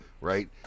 right